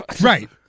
Right